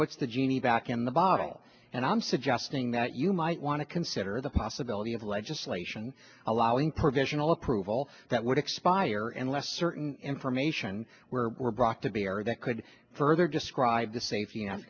puts the genie back in the bottle and i'm suggesting that you might want to consider the possibility of legislation allowing provisional approval that would expire and less certain information were brought to bear that could further describe the safety and